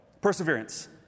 Perseverance